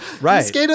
right